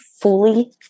fully